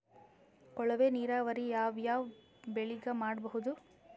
ಕೊಳವೆ ನೀರಾವರಿ ಯಾವ್ ಯಾವ್ ಬೆಳಿಗ ಮಾಡಬಹುದು?